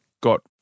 got